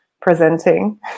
presenting